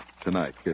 tonight